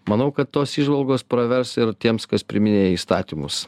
manau kad tos įžvalgos pravers ir tiems kas priiminėja įstatymus